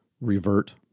revert